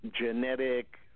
genetic